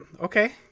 okay